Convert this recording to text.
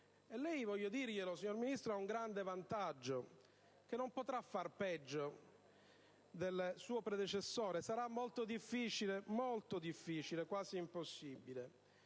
signor Ministro, ha un grande vantaggio: non potrà far peggio del suo predecessore, sarà molto difficile, quasi impossibile;